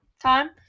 time